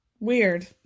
weird